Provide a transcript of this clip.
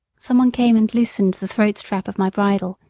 some one came and loosened the throat strap of my bridle,